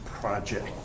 project